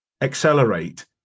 accelerate